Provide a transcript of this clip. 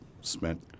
spent